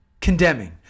condemning